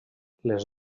les